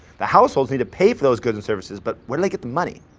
the households need to pay for those goods and services, but where do they get the money?